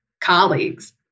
colleagues